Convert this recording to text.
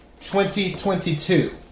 2022